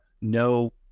no